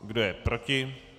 Kdo je proti?